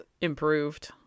improved